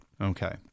Okay